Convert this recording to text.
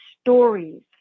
stories